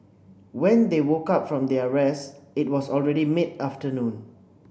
when they woke up from their rest it was already mid afternoon